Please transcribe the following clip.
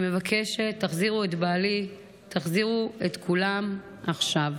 היא מבקשת: תחזירו את בעלי, תחזירו את כולם עכשיו.